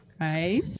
Right